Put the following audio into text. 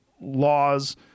laws